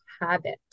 habit